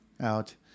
out